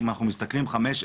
אם אנחנו מסתכלים חמש,